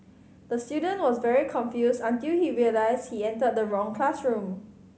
the student was very confused until he realised he entered the wrong classroom